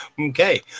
Okay